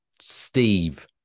Steve